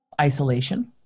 Isolation